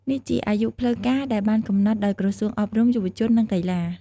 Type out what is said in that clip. នេះជាអាយុផ្លូវការដែលបានកំណត់ដោយក្រសួងអប់រំ យុវជន និងកីឡា។